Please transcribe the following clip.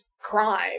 crime